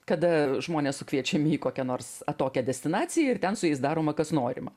kada žmonės sukviečiami į kokią nors atokią destinaciją ir ten su jais daroma kas norima